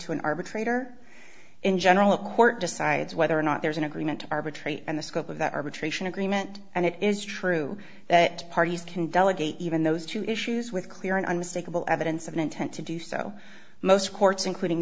to an arbitrator in general a court decides whether or not there is an agreement to arbitrate and the scope of that arbitration agreement and it is true that parties can delegate even those two issues with clear and unmistakable evidence of an intent to do so most courts including